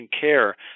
care